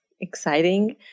exciting